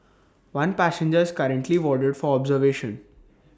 one passenger is currently warded for observation